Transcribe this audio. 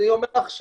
אז אני אומר לך,